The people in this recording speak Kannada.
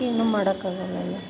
ಏನು ಮಾಡೋಕ್ಕಾಗಲಲ್ಲ